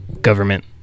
government